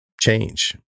change